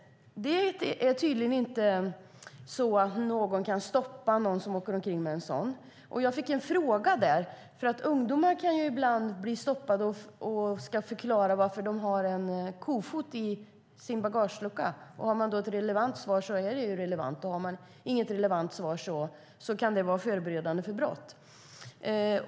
Det är tydligen inte så att man kan stoppa den som åker omkring med en sådan dieselsug. Jag fick en fråga på det här mötet. Ungdomar kan ibland bli stoppade och ska då förklara varför de har en kofot i bagageluckan. Har man ett relevant svar är det relevant att ha med kofoten. Om inte kan det vara fråga om förberedande av brott.